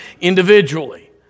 individually